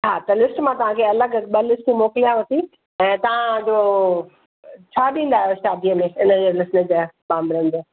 हा त लिस्ट मां तव्हांखे अलॻि ॿ लिस्ट मोकिलियांव थी ऐं तव्हांजो छा ॾींदा आहियो शादीअ में